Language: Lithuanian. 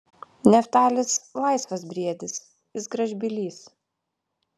neftalis laisvas briedis jis gražbylys